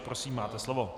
Prosím, máte slovo.